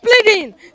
pleading